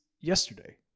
yesterday